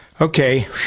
Okay